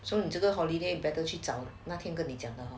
so 你这个 holiday better 去找那天跟你讲的